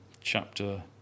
chapter